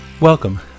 Welcome